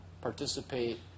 participate